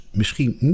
Misschien